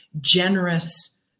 generous